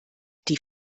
die